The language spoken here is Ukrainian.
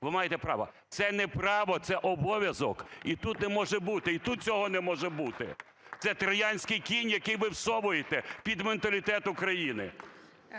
ви маєте право". Це не право, це обов'язок і тут не може бути. І тут цього не може бути. Це троянський кінь, який ви всовуєте під менталітет України.